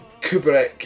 Kubrick